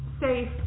safe